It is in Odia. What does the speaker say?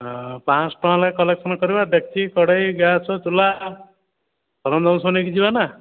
ପାଂଶହ ଟଙ୍କା ଲେଖା କଲେକ୍ସନ୍ କରିବା ଡେକ୍ଚି କଢ଼େଇ ଗ୍ୟାସ୍ ଚୁଲା ସରଞ୍ଜାମ ସବୁ ନେଇକି ଯିବା ନା